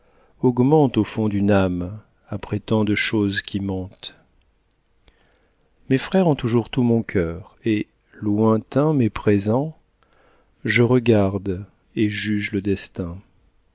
augmentent au fond d'une âme après tant de choses qui mentent mes frères ont toujours tout mon cœur et lointain mais présent je regarde et juge le destin